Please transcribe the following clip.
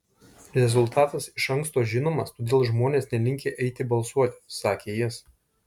rezultatas iš anksto žinomas todėl žmonės nelinkę eiti balsuoti sakė jis